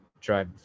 drive